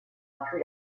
plus